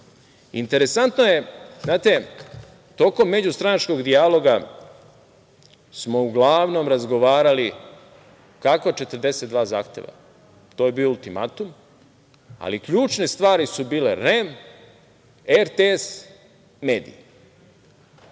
interesantno je, znate, tokom međustranačkog dijaloga smo uglavnom razgovarali oko 42 zahteva, to je bio ultimatum, ali, ključne stvari su bile REM, RTS, mediji.